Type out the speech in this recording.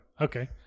Okay